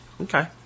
Okay